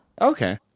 Okay